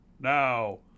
now